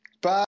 Bye